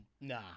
Nah